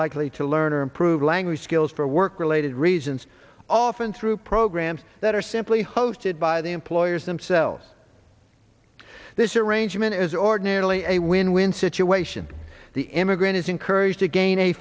likely to learn or improve language skills for work related reasons often through programs that are simply hosted by the employers themselves this arrangement is ordinarily a win win situation the immigrant is encouraged to gain a